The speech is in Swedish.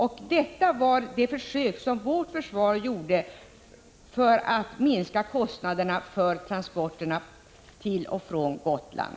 Försvaret har alltså försökt att minska kostnaderna för transporterna till och från Gotland.